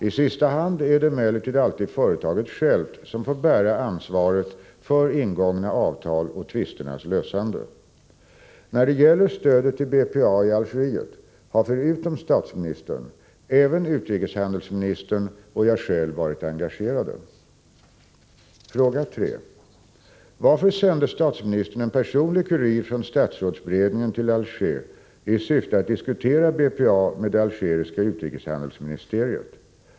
I sista hand är det emellertid alltid företaget självt som får bära ansvaret för ingångna avtal och tvisternas lösande. När det gäller stödet till BPA i Algeriet har förutom statsministern även utrikeshandelsministern och jag själv varit engagerade. Fråga 3: Varför sände statsministern en personlig kurir från statsrådsberedningen till Alger i syfte att diskutera BPA med det algeriska utrikeshandelsministeriet?